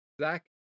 Zach